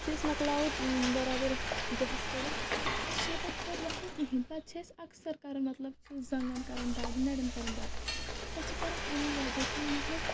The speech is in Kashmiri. یِتھُے أسۍ مۄکلاوو برابر دۄہس پٔرتھ أسۍ چھِنہٕ پتہٕ تھوٚد وتھان کہیٖنۍ پتہٕ چھِ أسۍ اکثر کران مطلب زنٛگن کران دگ نرین کران دگ سۄ چھِ کران امی وجہہ کِنۍ مطلب